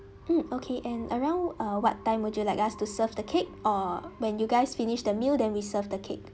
mm okay and around uh what time would you like us to serve the cake or when you guys finish the meal then we serve the cake